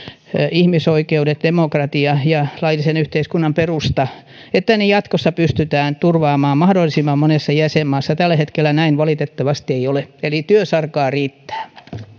ihmisoikeudet demokratia ja laillisen yhteiskunnan perusta jatkossa pystytään turvaamaan mahdollisimman monessa jäsenmaassa tällä hetkellä näin valitettavasti ei ole eli työsarkaa riittää